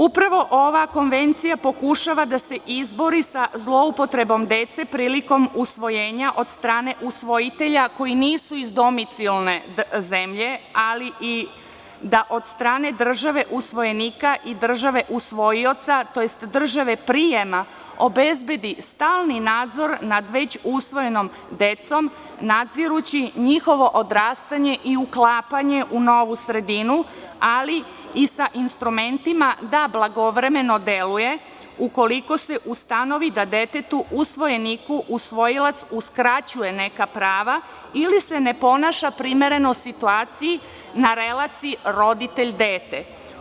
Upravo ova konvencija pokušava da se izbori sa zloupotrebom dece prilikom usvojenja od strane usvojitelja koji nisu iz domicilne zemlje, ali i da se od strane države usvojenika i države usvojioca, tj. države prijema, obezbedi stalni nadzor nad već usvojenom decom, nadzirući njihovo odrastanje i uklapanje u novu sredinu, ali i sa instrumentima da blagovremeno deluje ukoliko se ustanovi da detetu usvojeniku usvojilac uskraćuje neka prava, ili se ne ponaša primereno situaciji na relaciji roditelj – dete.